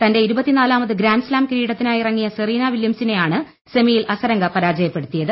തന്റെ ഇരുപത്തിനാലാമത് ഗ്രാൻഡ്സ്താം കിരീടത്തിനായി ഇറങ്ങിയ സെറീന വിലൃംസിനെ ആണ് സെമിയിൽ അസരങ്ക പരാജയപ്പെടുത്തിയത്